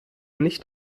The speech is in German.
nicht